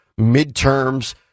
midterms